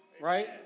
right